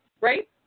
right